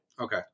Okay